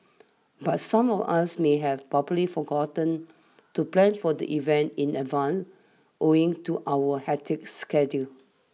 but some of us may have probably forgotten to plan for the event in advance owing to our hectic schedule